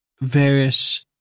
various